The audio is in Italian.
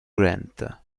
grant